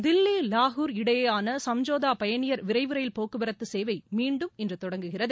தில்லி லாகூர் இடையேயான சும்ஜோதா பயணியர் விரைவு ரயில் போக்குவரத்து சேவை மீண்டும் இன்று தொடங்குகிறது